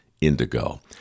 indigo